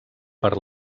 per